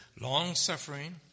long-suffering